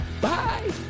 Bye